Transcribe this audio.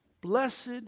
blessed